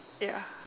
ya